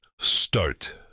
start